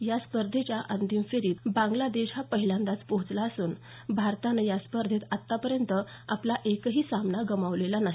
या स्पर्धेच्या अंतिमफेरीत बांगलादेश हा पहिल्यांदाच पोहोचला असून भारतानं या स्पर्धेत आतापर्यंत आपला एकही सामना गमावलेला नाही